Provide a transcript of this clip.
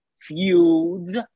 feuds